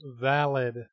Valid